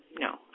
no